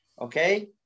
okay